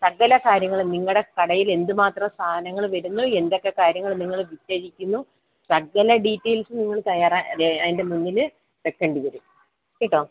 സകല കാര്യങ്ങളും നിങ്ങളുടെ കടയിൽ എന്തുമാത്രം സാധനങ്ങൾ വരുന്നു എന്തൊക്കെ കാര്യങ്ങൾ നിങ്ങൾ വിറ്റഴിക്കുന്നു സകല ഡീറ്റെയിൽസും നിങ്ങൾ അതിൻ്റെ മുന്നിൽ വെക്കേണ്ടിവരും കേട്ടോ